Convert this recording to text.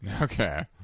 Okay